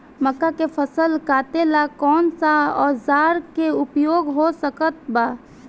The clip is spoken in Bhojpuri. मक्का के फसल कटेला कौन सा औजार के उपयोग हो सकत बा?